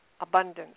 abundance